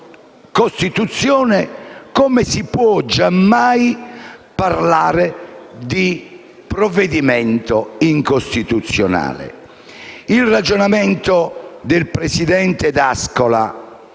Costituzione, come si può giammai parlare di provvedimento incostituzionale? Il ragionamento del presidente D'Ascola